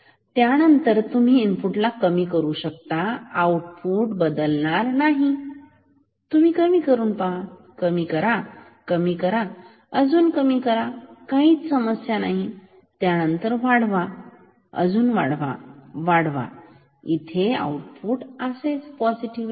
त्यानंतर तुम्ही इनपुट ला कमी करू शकता आउटपुट बदलणार नाही तुम्ही कमी करा कमी करा कमी करा काहीच समस्या नाही त्यानंतर वाढवा वाढवा वाढवा इथे आउटपुट तसेच निगेटिव्ह राहील